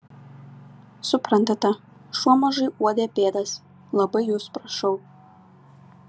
suprantate šuo mažai uodė pėdas labai jus prašau